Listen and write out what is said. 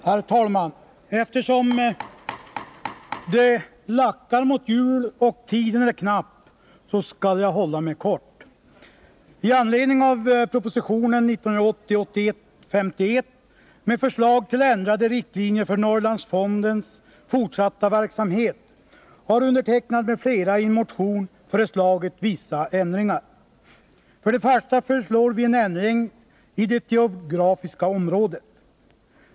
Herr talman! Eftersom det lackar mot jul och tiden är knapp så skall jag fatta mig kort. Med anledning av propositionen 1980/81:51 om ändrade riktlinjer för Norrlandsfondens fortsatta verksamhet har jag och några medmotionärer i en motion föreslagit vissa ändringar i förhållande till propositionens förslag. Först och främst föreslår vi en ändring av Norrlandsfondens geografiska verksamhetsområde.